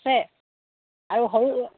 আছে আৰু সৰু